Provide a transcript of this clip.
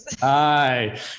Hi